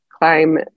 climb